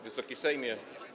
Wysoki Sejmie!